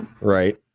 Right